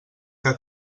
que